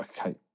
okay